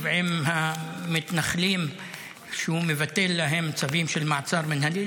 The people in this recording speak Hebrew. עם המתנחלים כשהוא מבטל להם צווים של מעצר מינהלי,